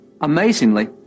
Amazingly